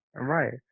Right